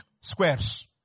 squares